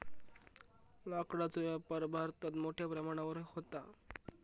लाकडाचो व्यापार भारतात मोठ्या प्रमाणावर व्हता